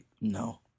No